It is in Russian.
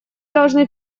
должны